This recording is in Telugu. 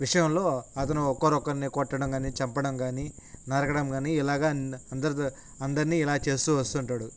విషయంలో అతను ఒకరొక్కరిని కొట్టడం కానీ చంపడం కానీ నరగడం కానీ ఇలాగా అందరితో అందరినీ ఇలా చేస్తూ వస్తుంటాడు